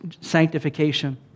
sanctification